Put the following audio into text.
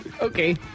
Okay